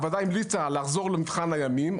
הוועדה המליצה לחזור למבחן הימים,